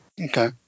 Okay